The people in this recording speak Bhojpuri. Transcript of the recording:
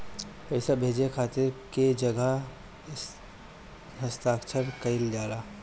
पैसा भेजे के खातिर कै जगह हस्ताक्षर कैइल जाला?